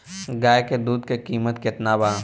गाय के दूध के कीमत केतना बा?